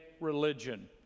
religion